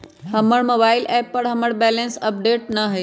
हमर mobile app पर हमर बैलेंस अपडेट न हई